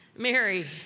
Mary